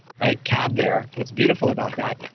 right? cab, bear. what's beautiful about that?